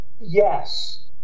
Yes